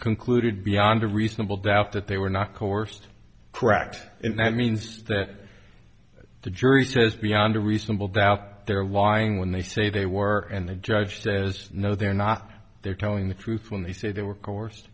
concluded beyond a reasonable doubt that they were not coerced correct and that means that the jury says beyond a reasonable doubt their lawyer when they say they were and the judge says no they're not they're telling the truth when they say they were co